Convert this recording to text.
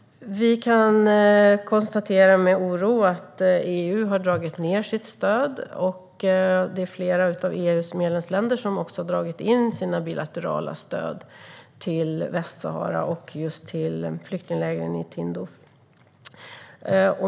Vi kan med oro konstatera att EU har dragit ned sitt stöd, och det är flera av EU:s medlemsländer som också har dragit in sina bilaterala stöd till Västsahara och just till flyktinglägren i Tindouf.